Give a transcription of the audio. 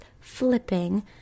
flipping